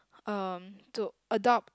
um to adopt